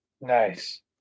Nice